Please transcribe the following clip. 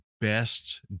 best